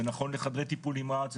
זה נכון לחדרי טיפול נמרץ,